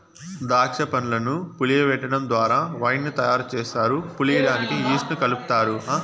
దాక్ష పండ్లను పులియబెటడం ద్వారా వైన్ ను తయారు చేస్తారు, పులియడానికి ఈస్ట్ ను కలుపుతారు